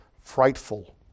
frightful